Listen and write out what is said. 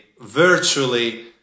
virtually